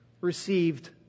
received